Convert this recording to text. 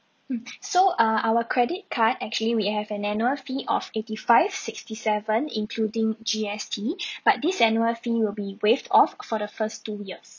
mm so err our credit card actually we have an annual fee of eighty five sixty seven including G_S_T but this annual fee will be waived off for the first two years